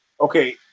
Okay